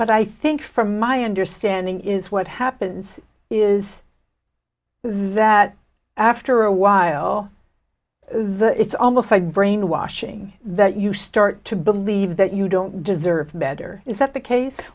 but i think from my understanding is what happens is that after a while it's almost like a brainwashing that you start to believe that you don't deserve better is that the case